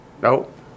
Nope